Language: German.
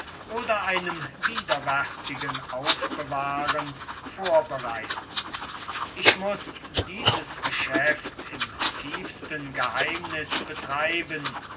oder einem widerwärtigen aufbewahren vorbereiten ich muß dieses geschäft im tiefsten geheimnis betreiben